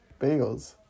bagels